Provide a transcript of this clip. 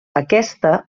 aquesta